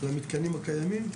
למיתקנים הקיימים?